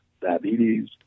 diabetes